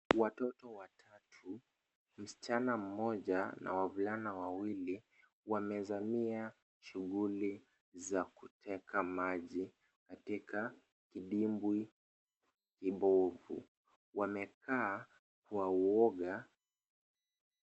Watoto watatu, msichana mmoja na wavulana wawili, wamezamia shughuli za kuteka maji katika kidimbwi kibovu. Wamekaa kwa uwoga.